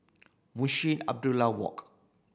Munshi Abdullah Walk